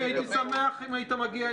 מי נגד?